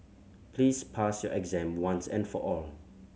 please pass your exam once and for all